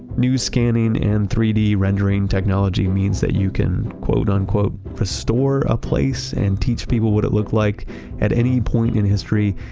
new scanning and three d rendering technology means that you can and restore a place and teach people what it looked like at any point in history,